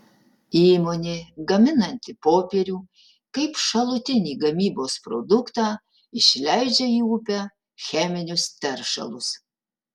įmonė gaminanti popierių kaip šalutinį gamybos produktą išleidžia į upę cheminius teršalus